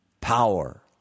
power